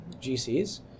GCs